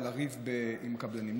או לריב עם קבלנים.